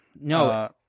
No